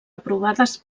aprovades